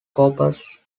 corpus